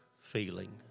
feeling